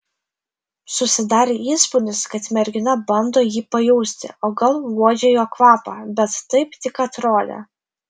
susidarė įspūdis kad mergina bando jį pajausti o gal uodžia jo kvapą bet taip tik atrodė